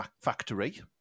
factory